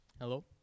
Hello